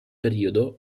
periodo